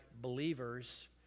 believers